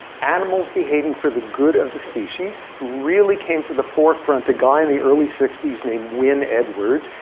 animals behaving for the good of the species really came to the forefront, a guy in the early sixty s named wynne-edwards.